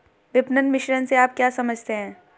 विपणन मिश्रण से आप क्या समझते हैं?